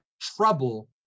trouble